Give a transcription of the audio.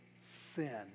sin